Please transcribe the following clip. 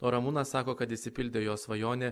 o ramūnas sako kad išsipildė jo svajonė